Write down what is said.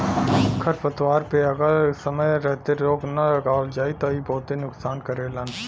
खरपतवार पे अगर समय रहते रोक ना लगावल जाई त इ बहुते नुकसान करेलन